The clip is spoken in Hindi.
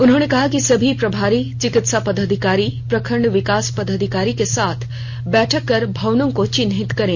उन्होंने कहा कि सभी प्रभारी चिकित्सा पदाधिकारी प्रखंड विकास पदाधिकारी के साथ बैठक कर भवनों को चिन्हित करें